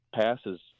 passes